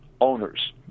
owners